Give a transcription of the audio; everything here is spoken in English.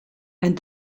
and